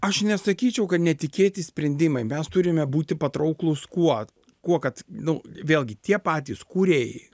aš nesakyčiau kad netikėti sprendimai mes turime būti patrauklūs kuo kuo kad nu vėlgi tie patys kūrėjai